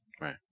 Right